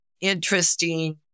interesting